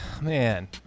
Man